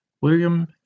William